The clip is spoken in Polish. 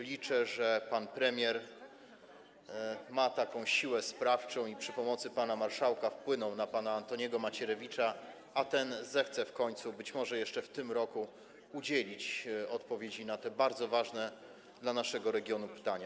Liczę, że pan premier ma taką siłę sprawczą, że przy pomocy pana marszałka wpłynie na pana Antoniego Macierewicza, a ten zechce w końcu, być może jeszcze w tym roku, udzielić odpowiedzi na te bardzo ważne dla naszego regionu pytania.